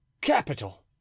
capital